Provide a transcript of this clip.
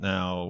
Now